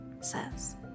says